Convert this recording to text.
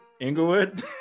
Inglewood